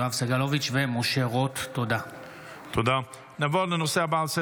יואב סגלוביץ' ומשה רוט בנושא: היעדר מיגון ביישובים הערביים בצפון.